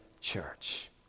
church